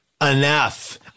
Enough